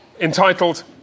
entitled